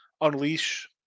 unleash